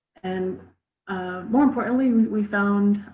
and more importantly we we found